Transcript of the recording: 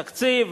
תקציב,